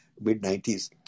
mid-90s